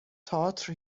تئاتر